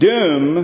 Doom